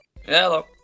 Hello